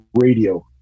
radio